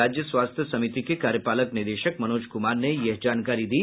राज्य स्वास्थ्य समिति के कार्यपालक निदेशक मनोज कुमार ने ये जानकारी दी